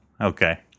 Okay